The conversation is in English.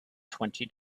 twenty